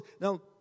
Now